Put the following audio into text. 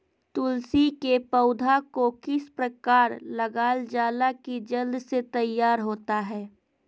तुलसी के पौधा को किस प्रकार लगालजाला की जल्द से तैयार होता है?